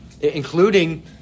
including